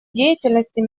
деятельности